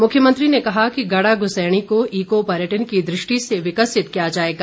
मुख्यमंत्री ने कहा कि गाड़ागुसैणी को ईको पर्यटन की दृष्टि से विकसित किया जाएगा